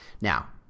Now